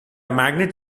magnet